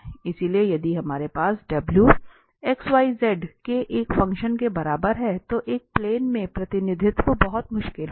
इसलिए यदि हमारे पास W x y z के एक फंक्शन के बराबर है तो एक प्लेन में प्रतिनिधित्व बहुत मुश्किल होगा